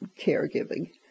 caregiving